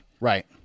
Right